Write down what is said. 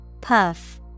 Puff